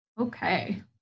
Okay